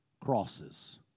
Crosses